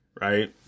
Right